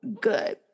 good